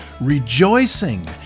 rejoicing